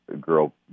girl